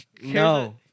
No